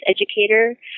educator